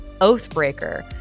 Oathbreaker